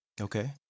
Okay